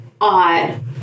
odd